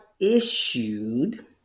issued